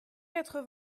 quatre